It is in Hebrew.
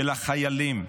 של החיילים,